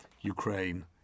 Ukraine